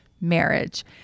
marriage